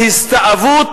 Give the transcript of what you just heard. מהסתאבות